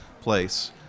place